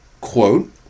quote